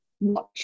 watch